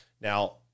Now